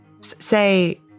say